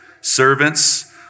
servants